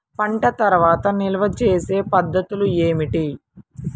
పంట తర్వాత నిల్వ చేసే పద్ధతులు ఏమిటి?